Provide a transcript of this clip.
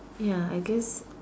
ya I guess